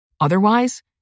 Otherwise